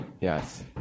Yes